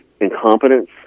incompetence